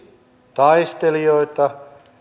taistelijoita